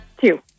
Two